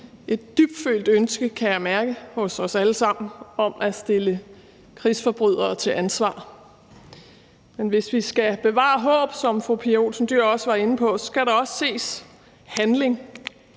et dybtfølt ønske hos os alle sammen om at stille krigsforbrydere til ansvar. Men hvis vi skal bevare håb, som fru Pia Olsen Dyhr også var inde på, så skal der også ses handling.